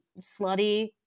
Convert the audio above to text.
slutty